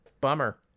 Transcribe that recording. bummer